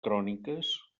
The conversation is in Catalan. cròniques